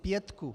Pětku!